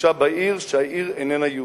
התחושה בעיר היא שהעיר איננה יהודית.